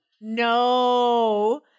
no